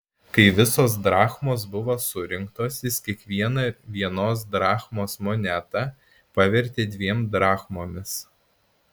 kai visos drachmos buvo surinktos jis kiekvieną vienos drachmos monetą pavertė dviem drachmomis